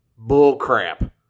Bullcrap